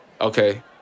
okay